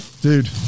Dude